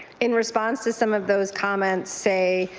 in response to some of those comments say,